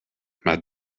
maar